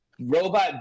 robot